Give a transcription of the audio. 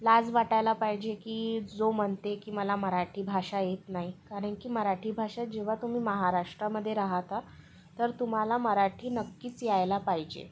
लाज वाटायला पाहिजे की जो म्हणते की मला मराठी भाषा येत नाही कारण की मराठी भाषा जेव्हा तुम्ही महाराष्ट्रामध्ये राहता तर तुम्हाला मराठी नक्कीच यायला पाहिजे